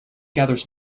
gathers